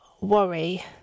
worry